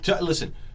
Listen